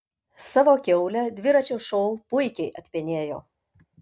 savo kiaulę dviračio šou puikiai atpenėjo